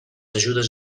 ajudes